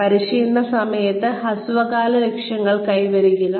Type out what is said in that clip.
പരിശീലന സമയത്ത് ഹ്രസ്വകാല ലക്ഷ്യങ്ങൾ കൈവരിക്കുക